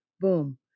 boom